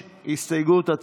קבוצת סיעת יהדות